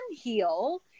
heal